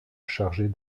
chargée